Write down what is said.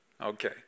Okay